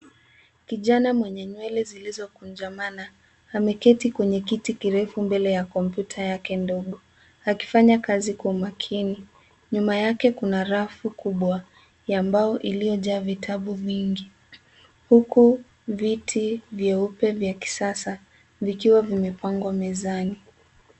Kijana mwenye nywele zilizokunjamana, ameketi kwenye kiti kirefu mbele ya kompyuta yake ndogo. Akifanya kazi kwa umakini. Nyuma yake kuna rafu kubwa ya mbao, iliyojaa vitabu vingi, huku viti vyeupe vya kisasa, vikiwa vimepangwa mezani.